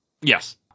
Yes